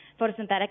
photosynthetic